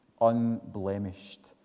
unblemished